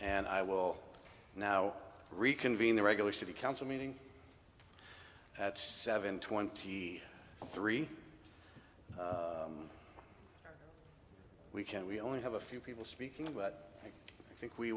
and i will now reconvene the regular city council meeting at seven twenty three we can we only have a few people speaking about i think we